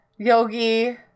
Yogi